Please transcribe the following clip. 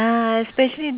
ya lah